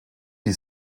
die